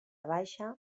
baixa